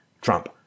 Trump